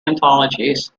anthologies